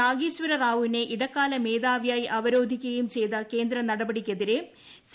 നാഗേശ്വരറാവുവിനെ ഇടക്കാല മേധാവിയായി അവരോധിക്കുകയും ചെയ്ത കേന്ദ്രനടപടിയ്ക്കെതിരെ സി